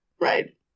right